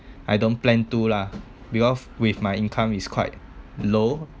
I don't plan to lah because with my income is quite low